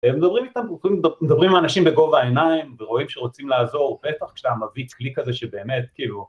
הם מדברים איתנו, מדברים עם האנשים בגובה העיניים ורואים שרוצים לעזור בטח כשאתה מרביץ קליק כזה שבאמת כאילו...